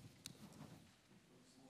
ארבע